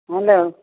hello